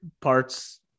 parts